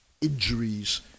injuries